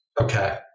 Okay